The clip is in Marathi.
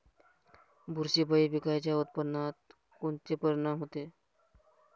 बुरशीपायी पिकाच्या उत्पादनात कोनचे परीनाम होते?